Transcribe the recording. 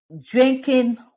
drinking